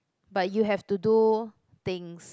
but you have to do things